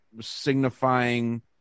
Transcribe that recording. signifying